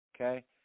okay